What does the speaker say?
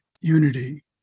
unity